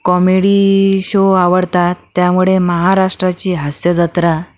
comedy show आवडतात त्यामुळे महाराष्ट्राची हास्यजत्रा